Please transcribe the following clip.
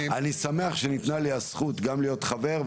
אני שמח שניתנה לי הזכות גם להיות חבר,